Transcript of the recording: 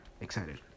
excited